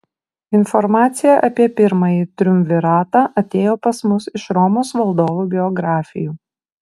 informacija apie pirmąjį triumviratą atėjo pas mus iš romos valdovų biografijų